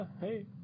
Hey